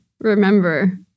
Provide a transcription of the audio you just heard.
remember